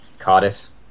Cardiff